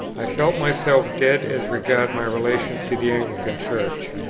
i felt myself dead as regarded my relations to the anglican church.